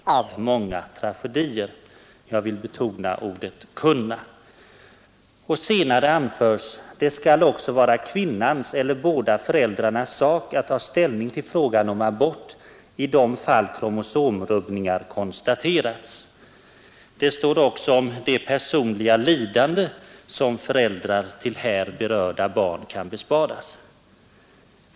Herr talman! En av grundtankarna bakom interpellationen kan jag dess värre inte dela. I interpellationen, som framställdes den 24 oktober, står att med hänsyn till antalet barn som föds med kromosomrubbningar ”skulle redan en möjlighet att erbjuda dessa mödrar analys av fostervätskan kunna innebära ett undvikande av många tragedier”. Jag vill betona ordet kunna. Och senare anförs: ”Det skall också vara kvinnans eller båda föräldrarnas sak att ta ställning till frågan om abort i de fall kromosomrubbningar konstaterats.” Det står också om ”det personliga lidande” som föräldrar till här berörda barn kan besparas.